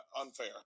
unfair